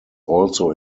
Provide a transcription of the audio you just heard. also